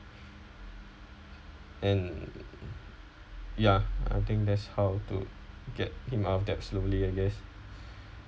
and ya I think that's how to get him out of debt slowly I guess